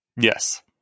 yes